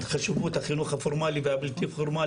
חשיבות החינוך הפורמלי והבלתי פורמלי.